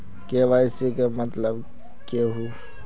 KYC के मतलब केहू?